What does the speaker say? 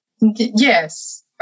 Yes